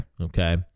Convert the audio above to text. Okay